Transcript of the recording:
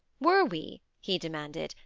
were we, he demanded,